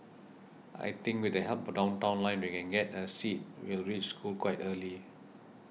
I think with the help of Downtown Line we can get a seat we'll reach school quite early